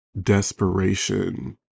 desperation